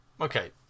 Okay